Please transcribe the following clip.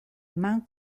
eman